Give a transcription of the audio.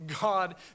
God